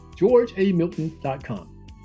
georgeamilton.com